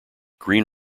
green